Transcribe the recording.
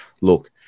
look